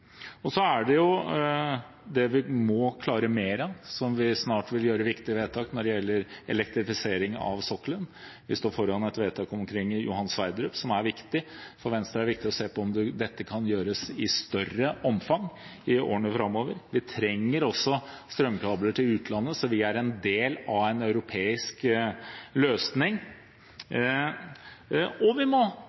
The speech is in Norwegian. næringsliv. Så er det jo det vi må klare mer av, og vi vil snart gjøre viktige vedtak når det gjelder elektrifisering av sokkelen. Vi står foran et vedtak om Johan Sverdrup, som er viktig. For Venstre er det viktig å se på om dette kan gjøres i større omfang i årene framover. Vi trenger også strømkabler til utlandet, så vi er en del av en europeisk løsning. Vi må